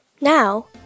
Now